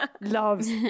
loves